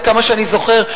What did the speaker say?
עד כמה שאני זוכר,